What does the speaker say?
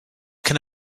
can